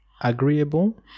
agreeable